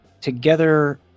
together